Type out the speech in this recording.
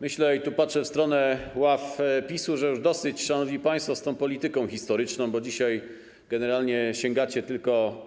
Myślę - i tu patrzę w stronę ław PiS-u - że już dosyć, szanowni państwo, z tą polityką historyczną, bo dzisiaj generalnie sięgacie tylko